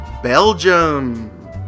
Belgium